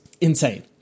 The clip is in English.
insane